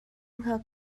hngak